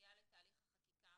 ליציאה לתהליך החקיקה.